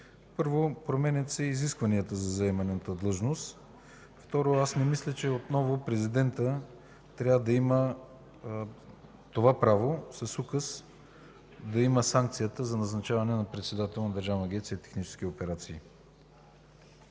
Първо, променят се изискванията за заеманата длъжност, второ, не мисля, че отново президентът трябва да има право указ, да има санкцията за назначаване на председател на Държавна агенция „Технически операции”.